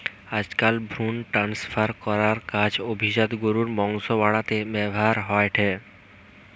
আজকাল ভ্রুন ট্রান্সফার করার কাজ অভিজাত গরুর বংশ বাড়াতে ব্যাভার হয়ঠে